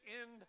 end